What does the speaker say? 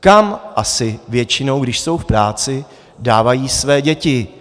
Kam asi většinou, když jsou v práci, dávají své děti?